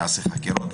יעשה חקירות,